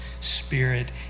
spirit